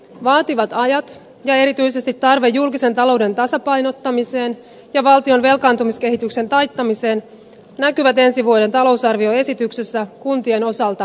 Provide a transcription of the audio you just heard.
vaativat ajat ja erityisesti tarve julkisen talouden tasapainottamiseen ja valtion velkaantumiskehityksen taittamiseen näkyvät ensi vuoden talousarvioesityksessä kuntien osalta kiristävinä